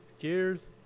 Cheers